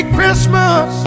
Christmas